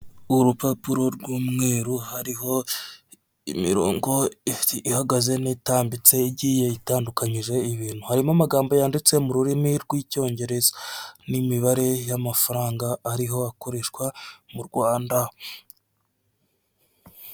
Urupapuro rw'umweru hariho imirongo ihagaze'tambitse igiye itandukanyije ibintu harimo amagambo yanditse mu rurimi rw'icyongereza n'imibare y'amafaranga ariho akoreshwa mu rwanda.